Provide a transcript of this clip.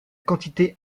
quantité